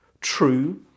true